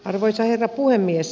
arvoisa herra puhemies